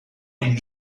vull